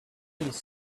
used